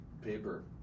paper